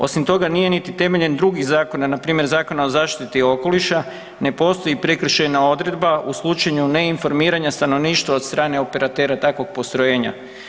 Osim toga, nije niti temeljem drugih zakona, npr. Zakona o zaštiti okoliša ne postoji prekršajna odredba u slučaju neinformiranja stanovništva od strane operatera takvog postrojenja.